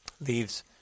leaves